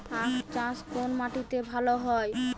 আখ চাষ কোন মাটিতে ভালো হয়?